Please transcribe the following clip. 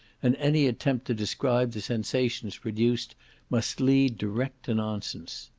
and any attempt to describe the sensations produced must lead direct to nonsense.